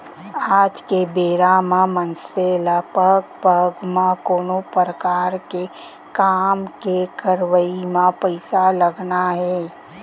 आज के बेरा म मनसे ल पग पग म कोनो परकार के काम के करवई म पइसा लगना हे